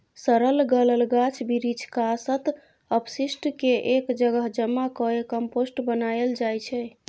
सरल गलल गाछ बिरीछ, कासत, अपशिष्ट केँ एक जगह जमा कए कंपोस्ट बनाएल जाइ छै